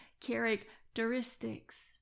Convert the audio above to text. characteristics